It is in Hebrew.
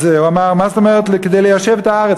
אז הוא אמר: מה זאת אומרת, כדי ליישב את הארץ.